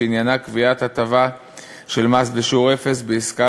שעניינה קביעת הטבה של מס בשיעור אפס בעסקה